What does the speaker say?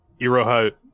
Iroha